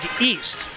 East